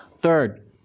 Third